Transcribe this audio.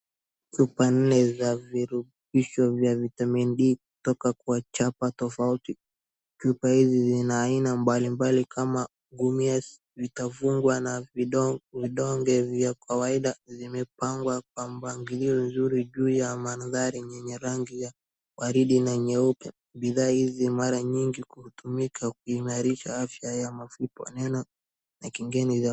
Chupa nne za virutubisho vya vitamin D kutoka kwa chapa tofauti. Chupa hizi zina aina mbalimbali kama gunia zitafungwa na vidonge vya kawaida zimepangwa kwa mpangilio mzuri juu ya mandhari yenye rangi ya waridi na nyeupe. Bidhaa hizi mara nyingi hutumika kuimarisha afya ya mifupa.